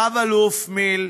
רב אלוף במיל',